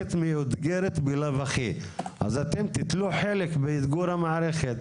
המערכת מאותגרת בלאו הכי אז אתם תיטלו חלק באתגור המערכת,